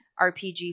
RPG